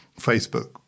Facebook